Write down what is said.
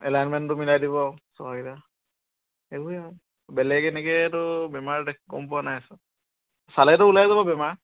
এলাইনমেণ্টটো মিলাই দিব আৰু চকাকেইটা সেইবোৰে আৰু বেলেগ এনেকেটো বেমাৰ গম পোৱা নাই আচলতে চালেটো ওলাই যাব বেমাৰ